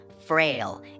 frail